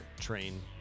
train